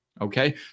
Okay